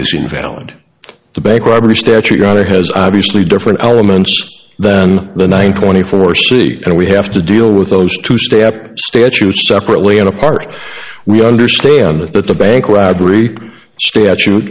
is invalid the bank robbery statute got it has obviously different elements than the nine twenty four c and we have to deal with those two step statutes separately and apart we understand that the bank robbery statute